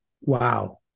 Wow